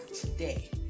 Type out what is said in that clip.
today